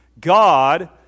God